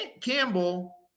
Campbell